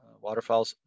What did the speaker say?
waterfowl